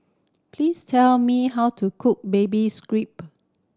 please tell me how to cook baby